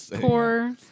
Poor